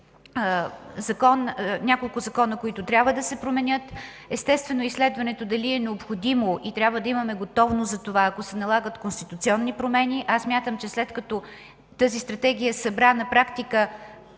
няколко закона, които трябва да се променят, естествено, изследването дали е необходимо и трябва да имаме готовност за това, ако се налагат конституционни промени. Смятам, че след като тази Стратегия събра на практика